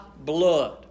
blood